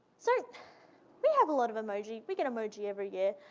so we have a lot of emoji. we get emoji every year.